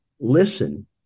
listen